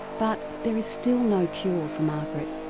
but there is still no cure for margaret.